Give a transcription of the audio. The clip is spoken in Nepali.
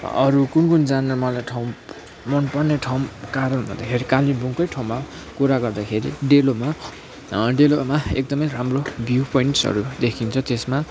अरु कुन कुन जान्न मलाई ठाउँ मन पर्ने ठाउँ कारण हेर कालिम्पोङकै ठाउँमा कुरा गर्दाखेरि डेलोमा डेलोमा एकदमै राम्रो भ्यु पोइन्टसहरू देखिन्छ त्यसमा